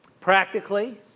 Practically